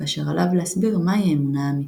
כאשר עליו להסביר מהי האמונה האמיתית.